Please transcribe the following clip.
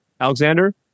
Alexander